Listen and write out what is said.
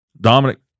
Dominic